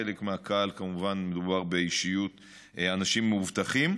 חלק מהקהל כמובן, מדובר באנשים מאובטחים.